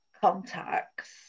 contacts